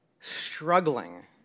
struggling